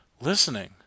Listening